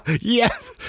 Yes